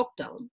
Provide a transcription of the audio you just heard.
lockdown